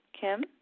Kim